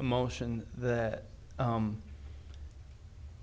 a motion that